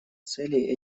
целей